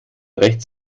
rechts